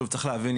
שוב צריך להבין,